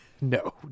No